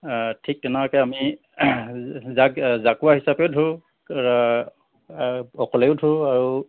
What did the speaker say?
অঁ ঠিক তেনেকুৱাকে আমি জাক জাকুৱা হিচাপেও ধৰোঁ অকলেও ধৰোঁ আৰু